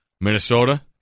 Minnesota